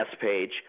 page